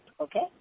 okay